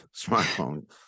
smartphone